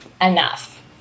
enough